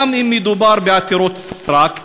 גם אם מדובר בעתירות סרק,